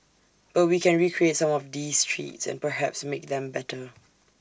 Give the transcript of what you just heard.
but we can recreate some of these treats and perhaps make them better